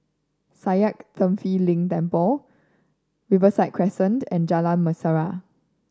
Sakya Tenphel Ling Temple Riverside Crescent and Jalan Mesra